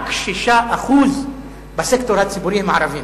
רק 6% בסקטור הציבורי הם ערבים.